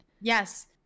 Yes